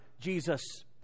Jesus